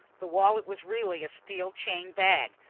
the wallet was really a steel chain bag,